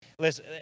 Listen